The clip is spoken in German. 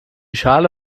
schale